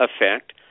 effect